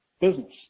business